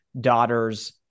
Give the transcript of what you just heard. daughter's